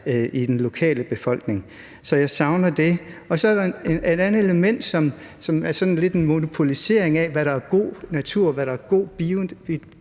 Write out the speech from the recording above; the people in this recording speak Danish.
i den lokale befolkning – så det savner jeg. Og så er der et andet element, som handler sådan lidt om en monopolisering af, hvad der er god natur, og hvad der er god